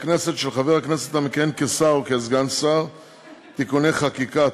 בכנסת של חבר הכנסת המכהן כשר או כסגן שר (תיקוני חקיקה),